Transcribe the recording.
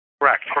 Correct